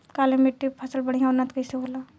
काली मिट्टी पर फसल बढ़िया उन्नत कैसे होला?